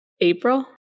april